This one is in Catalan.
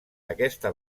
aquesta